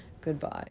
goodbye